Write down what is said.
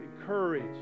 Encourage